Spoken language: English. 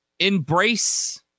embrace